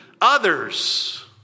others